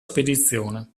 spedizione